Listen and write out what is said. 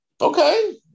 Okay